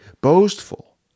boastful